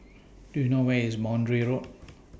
Do YOU know Where IS Boundary Road